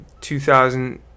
2000